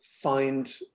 find